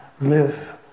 live